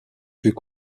fut